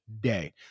day